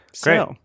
Great